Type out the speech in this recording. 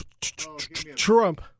Trump